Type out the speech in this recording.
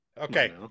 Okay